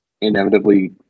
inevitably